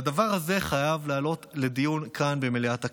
והדבר הזה חייב לעלות לדיון כאן במליאת הכנסת.